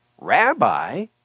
Rabbi